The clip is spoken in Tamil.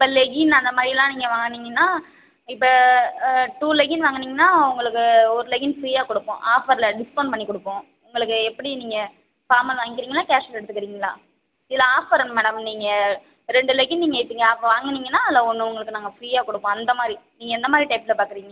இப்போ லெகின் அந்தமாதிரிலாம் நீங்கள் வாங்குனிங்கன்னா இப்போ டூ லெகின் வாங்குனிங்கன்னா உங்களுக்கு ஒரு லெகின் ஃபிரீயாக கொடுப்போம் ஆஃபரில் டிஸ்கவுண்ட் பண்ணிக் கொடுப்போம் உங்களுக்கு எப்படி நீங்கள் ஃபார்மல் வாங்கிக்கிறீங்களா கேஷுவல் எடுத்துக்கிறீங்களா இதில் ஆஃபர் உண்டு மேடம் நீங்கள் ரெண்டு லெகின் நீங்கள் இப்போ வாங்குனிங்கன்னா அதில் ஒன்று உங்களுக்கு நாங்கள் ஃபிரீயாக கொடுப்போம் அந்தமாதிரி நீங்கள் எந்தமாதிரி டைப்பில பார்க்குறீங்க